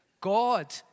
God